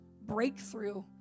breakthrough